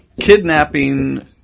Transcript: kidnapping